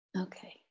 okay